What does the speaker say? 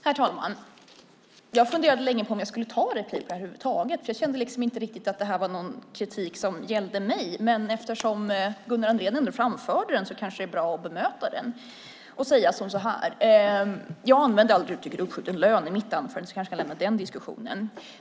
Herr talman! Jag funderade länge på om jag skulle begära replik, för jag kände inte riktigt att det här var kritik som gällde mig. Men eftersom Gunnar Andrén ändå framförde den är det kanske bra att bemöta den. Jag använde aldrig uttrycket "uppskjuten lön" i mitt anförande, så vi kanske kan lämna den diskussionen.